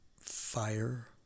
fire